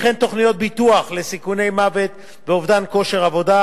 וכן תוכניות ביטוח לסיכוני מוות ואובדן כושר עבודה,